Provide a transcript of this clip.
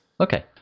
okay